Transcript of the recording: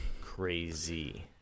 crazy